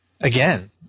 again